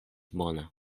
bona